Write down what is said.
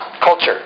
Culture